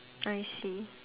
I see